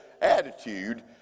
attitude